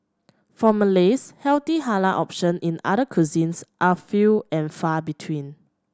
for Malays healthy halal option in other cuisines are few and far between